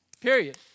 Period